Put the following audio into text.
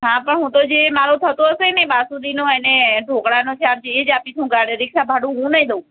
હા પણ હું તો જે મારો થતો હશે ને બાસુંદીનો અને ઢોકળાનો ચાર્જ એ જ આપીશ હું ગાડી રિક્ષા ભાડું હું નહીં દઉં